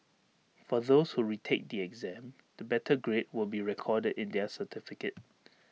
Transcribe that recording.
for those who retake the exam the better grade will be recorded in their certificate